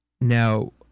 Now